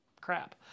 crap